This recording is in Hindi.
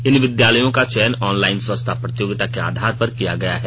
इन विद्यालयों का चयन ऑनलाइन स्वच्छता प्रतियोगिता के आधार पर किया गया है